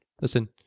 Listen